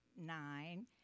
nine